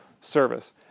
service